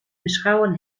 beschouwen